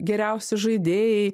geriausi žaidėjai